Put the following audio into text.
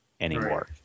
anymore